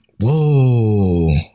Whoa